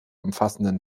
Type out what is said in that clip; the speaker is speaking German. umfassenden